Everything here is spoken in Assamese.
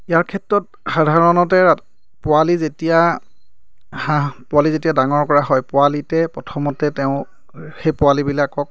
ইয়াৰ ক্ষেত্ৰত সাধাৰণতে পোৱালি যেতিয়া হাঁহ পোৱালি যেতিয়া ডাঙৰ কৰা হয় পোৱালিতে প্ৰথমতে তেওঁ সেই পোৱালিবিলাকক